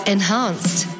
Enhanced